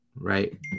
Right